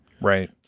Right